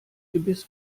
gebiss